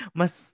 mas